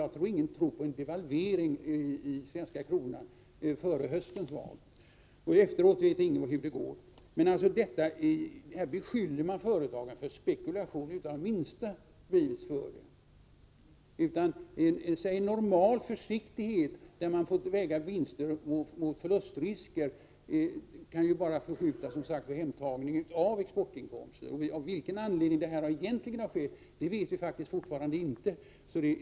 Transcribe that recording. Ingen torde tro på en devalvering av den svenska kronan före höstens val — och efteråt vet ingen hur det går. Här beskylls de svenska företagen för spekulation utan minsta bevis. En normal försiktighet, där man avväger vinstmöjligheter mot förlustrisker, kan förskjuta hemtagningen av exportinkomsterna. Av vilken anledning detta egentligen har skett vet vi fortfarande faktiskt inte.